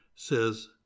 says